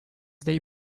they